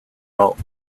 bulk